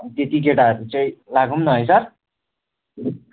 त्यति केटाहरू चाहिँ लागौँ न है सर